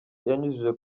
yanyujije